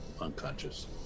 unconscious